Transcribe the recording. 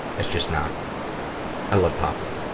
it's just not i love pablo.